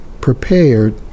prepared